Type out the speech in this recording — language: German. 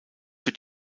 für